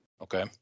okay